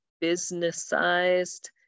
business-sized